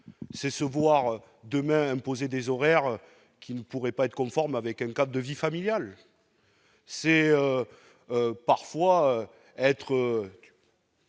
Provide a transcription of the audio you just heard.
c'est se voir demain imposer des horaires qui ne pourrait pas être conforme avec un code de vie familiale, c'est parfois être.